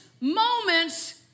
moments